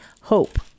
hope